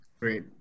great